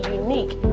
unique